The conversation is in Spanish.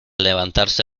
levantarse